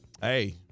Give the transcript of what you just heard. Hey